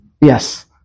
Yes